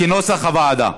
כנוסח הוועדה.